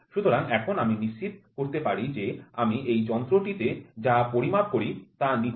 সুতরাং এখন আমি নিশ্চিত করতে পারি যে আমি এই যন্ত্রটিতে যা পরিমাপ করি তা নিখুঁত